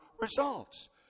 results